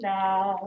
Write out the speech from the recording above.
now